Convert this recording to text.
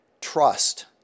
trust